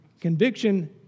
Conviction